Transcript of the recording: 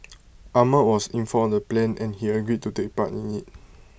Ahmad was informed the plan and he agreed to take part in IT